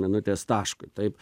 minutės taškui taip